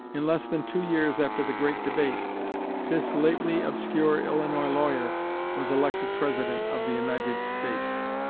in less than two years after the great debate this lately obscure illinois lawyer was elected president of the united states.